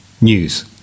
news